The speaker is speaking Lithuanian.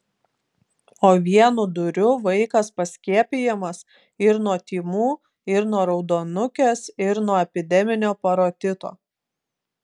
o vienu dūriu vaikas paskiepijamas ir nuo tymų ir nuo raudonukės ir nuo epideminio parotito